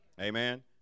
Amen